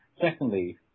Secondly